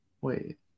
Wait